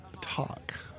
talk